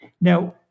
Now